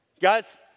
Guys